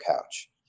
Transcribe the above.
couch